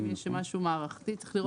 אם יש משהו מערכתי, צריך לראות.